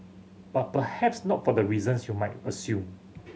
but perhaps not for the reasons you might assume